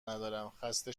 ندارم، خسته